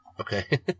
Okay